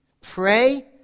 pray